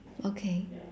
okay